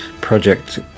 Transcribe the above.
project